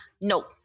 no